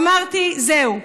אמרתי: זהו.